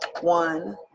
one